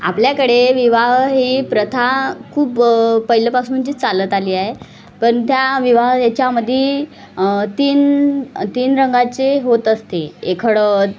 आपल्याकडे विवाह ही प्रथा खूप पहिल्यापासूनची चालत आली आहे पण त्या विवाह याच्यामध्ये तीन तीन रंगाचे होत असते एक हळद